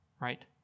right